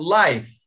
life